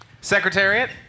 Secretariat